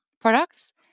products